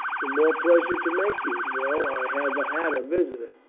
the more pleasure to make you. well, i have had a visitor.